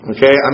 Okay